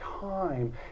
time